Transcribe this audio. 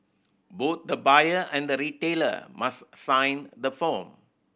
both the buyer and the retailer must sign the form